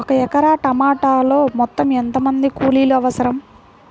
ఒక ఎకరా టమాటలో మొత్తం ఎంత మంది కూలీలు అవసరం?